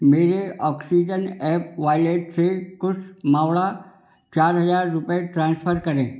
मेरे oxygen app wallet से कुश मावड़ा चार हज़ार रुपये ट्रांसफ़र करें